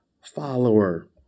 follower